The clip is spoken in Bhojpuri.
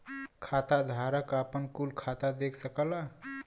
खाताधारक आपन कुल खाता देख सकला